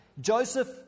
Joseph